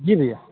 जी भैया